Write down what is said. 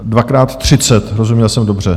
Dvakrát 30, rozuměl jsem dobře?